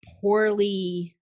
poorly